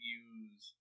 use